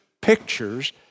pictures